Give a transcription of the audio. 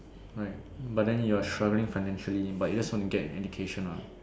right but then you're struggling financially but you just want to get any education lah